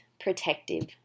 protective